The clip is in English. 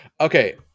Okay